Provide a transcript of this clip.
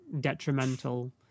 detrimental